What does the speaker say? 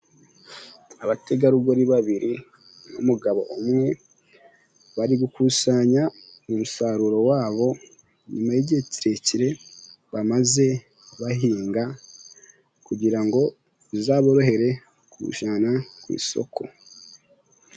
Abategarugori babiri n'umugabo umwe bari gukusanya umusaruro wabo, nyuma y'igihe kirekire bamaze bahinga kugira ngo bizaborohere kugujyana ku isoko.